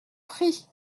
prie